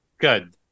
Good